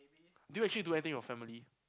do you actually do anything with your family